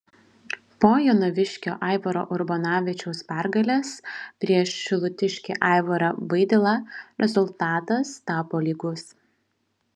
po jonaviškio aivaro urbonavičiaus pergalės prieš šilutiškį aivarą vaidilą rezultatas tapo lygus